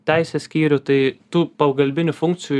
teisės skyrių tai tų pagalbinių funkcijų